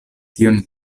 tion